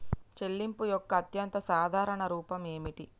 చెల్లింపు యొక్క అత్యంత సాధారణ రూపం ఏమిటి?